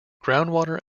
groundwater